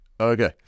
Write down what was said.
Okay